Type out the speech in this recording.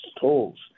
tolls